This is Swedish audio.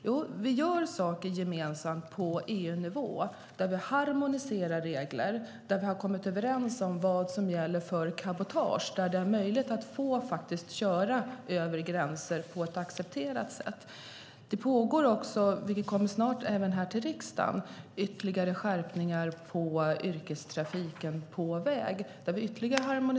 Jo, vi gör saker gemensamt på EU-nivå, där vi harmoniserar regler, där vi har kommit överens om vad som gäller för cabotage, där det faktiskt är möjligt att få köra över gränser på ett accepterat sätt. Det pågår också, vilket snart även kommer till riksdagen, ytterligare skärpningar när det gäller yrkestrafiken på väg. Vi harmoniserar ytterligare med EU.